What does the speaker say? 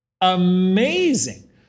Amazing